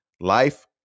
Life